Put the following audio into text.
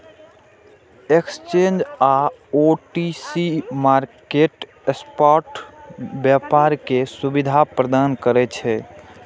exchange आ OTC market spot व्यापार के सुविधा प्रदान करै छै